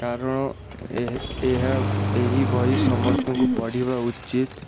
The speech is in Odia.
କାରଣ ଏହାକୁ ଏହି ବହି ସମସ୍ତଙ୍କୁ ପଢ଼ିବା ଉଚିତ